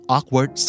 Awkward